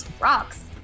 rocks